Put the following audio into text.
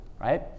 right